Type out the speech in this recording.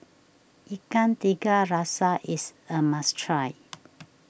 Ikan Tiga Rasa is a must try